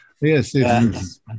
Yes